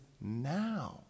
now